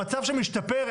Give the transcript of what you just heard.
המצב שם השתפר,